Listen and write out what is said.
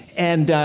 and, um,